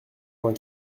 vingt